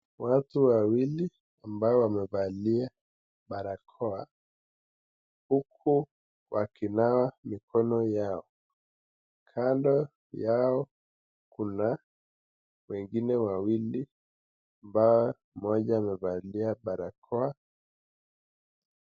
Watu wawili ambao wamevalia barakoa huku wakinawa mikono yao. Kando yao kuna wengine wawili ambao moja amevalia barakoa.